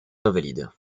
invalides